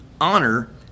honor